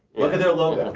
look at their logo,